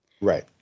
Right